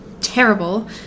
terrible